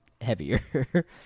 heavier